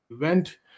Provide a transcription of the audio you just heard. went